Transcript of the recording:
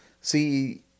See